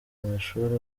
amashuri